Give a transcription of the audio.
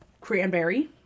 cranberry